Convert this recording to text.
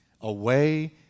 away